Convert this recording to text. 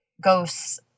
ghosts